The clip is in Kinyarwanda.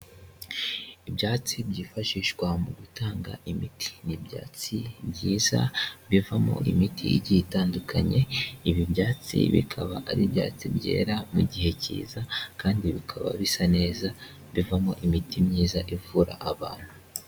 Ibyatsi byifashishwa mu gutanga imiti, ni ibyatsi byiza bivamo imiti igiye itandukanye ibi byatsi bikaba ari ibyatsi byera mu gihe cyiza kandi bikaba bisa neza bivamo imiti myiza ivura abantu.